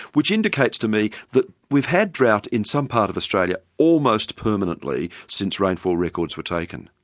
which indicates to me that we've had drought in some part of australia almost permanently since rainfall records were taken.